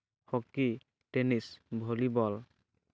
hockey tennis volleyball